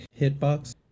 hitbox